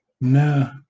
No